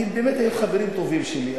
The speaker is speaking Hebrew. כי הם היו באמת חברים טובים שלי,